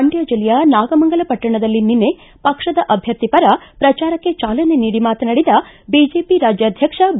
ಮಂಡ್ಯ ಜಿಲ್ಲೆಯ ನಾಗಮಂಗಲ ಪಟ್ಟಣದಲ್ಲಿ ನಿನ್ನೆ ಪಕ್ಷದ ಅಭ್ಯರ್ಥಿ ಪರ ಪ್ರಚಾರಕ್ಕೆ ಚಾಲನೆ ನೀಡಿ ಮಾತನಾಡಿದ ಬಿಜೆಪಿ ರಾಜ್ಯಾಧ್ಯಕ್ಷ ಬಿ